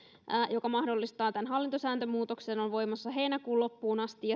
joka mahdollistaa tämän hallintosääntömuutoksen on voimassa heinäkuun loppuun asti